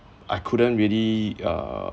I couldn't really uh